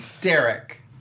Derek